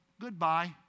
goodbye